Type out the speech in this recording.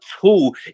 tool